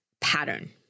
pattern